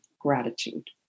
gratitude